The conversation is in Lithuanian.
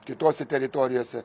kitose teritorijose